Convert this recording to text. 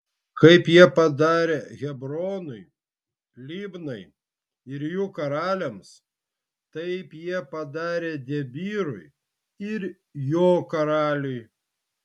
kaip jie padarė hebronui libnai ir jų karaliams taip jie padarė debyrui ir jo karaliui